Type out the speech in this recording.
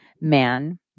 man